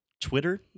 Twitter